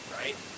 right